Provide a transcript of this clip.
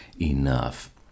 enough